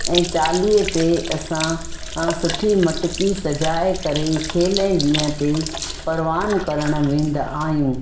ऐं चालीहें ते असां आ सुठी मटिकी सजाए करे छेले ॾींहं ते परिवान करणु वेंदा आहियूं